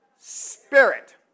Spirit